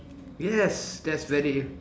yes that's very